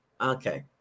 Okay